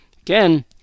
again